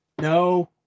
no